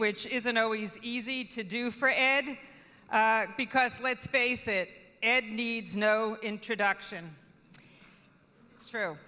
which isn't always easy to do for ed because let's face it ed needs no introduction